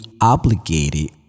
obligated